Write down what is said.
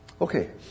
Okay